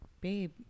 babe